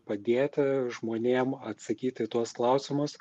padėti žmonėm atsakyti į tuos klausimus